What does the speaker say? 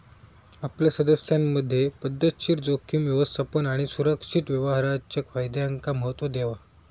आपल्या सदस्यांमधे पध्दतशीर जोखीम व्यवस्थापन आणि सुरक्षित व्यवहाराच्या फायद्यांका महत्त्व देवा